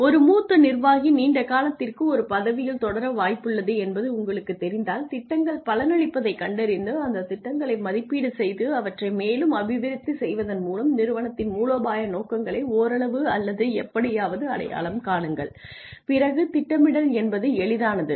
ஒரு மூத்த நிர்வாகி நீண்ட காலத்திற்கு ஒரு பதவியில் தொடர வாய்ப்புள்ளது என்பது உங்களுக்குத் தெரிந்தால் திட்டங்கள் பலனளிப்பதைக் கண்டறிந்து அந்தத் திட்டங்களை மதிப்பீடு செய்து அவற்றை மேலும் அபிவிருத்தி செய்வதன் மூலம் நிறுவனத்தின் மூலோபாய நோக்கங்களை ஓரளவு அல்லது எப்படியாவது அடையலாம் காணுங்கள் பிறகு திட்டமிடல் என்பது எளிதானது